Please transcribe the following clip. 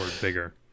bigger